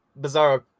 Bizarro